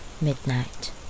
midnight